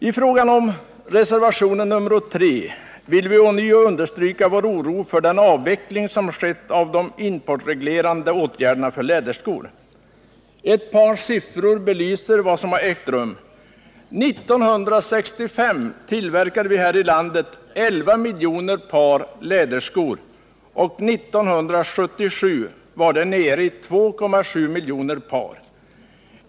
Med reservationen nr 3 vill vi ånyo understryka vår oro för den avveckling som skett av de importreglerade åtgärderna för läderskor. Ett par siffror belyser vad som ägt rum. År 1965 tillverkade vi här i landet 11 miljoner par läderskor, och 1977 var antalet nere i 2,7 miljoner par.